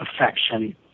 affection